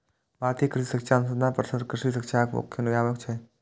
भारतीय कृषि शिक्षा अनुसंधान परिषद कृषि शिक्षाक मुख्य नियामक छियै